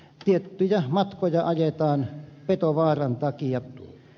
tiettyjä matkoja ajetaan petovaaran takia